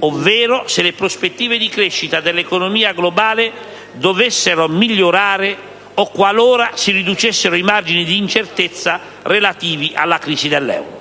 ovvero se le prospettive di crescita dell'economia globale dovessero migliorare o qualora si riducessero i margini di incertezza relativa alla crisi dell'euro.